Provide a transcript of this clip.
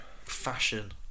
fashion